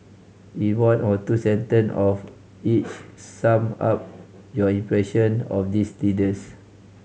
in one or two sentence of each sum up your impression of these leaders